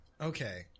Okay